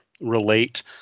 relate